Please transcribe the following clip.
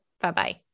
Bye-bye